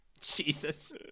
Jesus